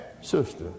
sister